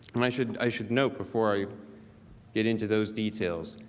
and i should i should note before i get into those details.